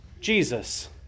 Jesus